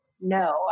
no